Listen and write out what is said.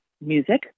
music